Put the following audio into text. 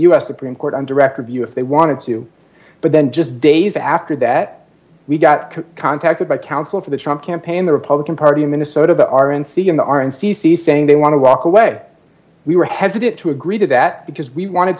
s supreme court and director view if they wanted to but then just days after that we got contacted by counsel for the trump campaign the republican party in minnesota the r n c in the r n c c saying they want to walk away we were hesitant to agree to that because we wanted